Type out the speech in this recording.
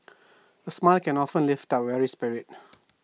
A smile can often lift up A weary spirit